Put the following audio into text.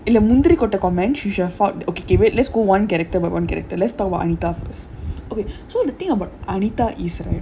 இந்த முந்திரி கொட்டை:indha munthiri kottai comment she should have fought okay wait let's go one character by one character let's talk about anita first okay so the thing about anita is right